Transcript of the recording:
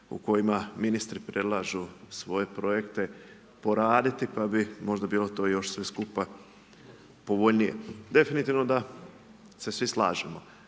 u kojima ministri predlažu svoje projekte poraditi, pa bi možda bilo sve to skupa povoljnije. Definitivno da se svi slažemo,